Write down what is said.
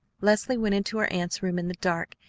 leslie went into her aunt's room in the dark,